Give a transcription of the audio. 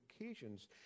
occasions